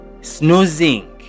Snoozing